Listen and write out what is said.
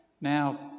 Now